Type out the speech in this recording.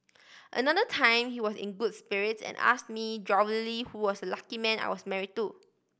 another time he was in good spirits and ask me jovially who was the lucky man I was marry to